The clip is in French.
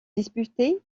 disputé